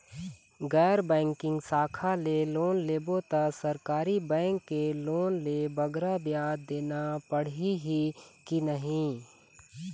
गैर बैंकिंग शाखा ले लोन लेबो ता सरकारी बैंक के लोन ले बगरा ब्याज देना पड़ही ही कि नहीं?